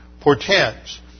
portends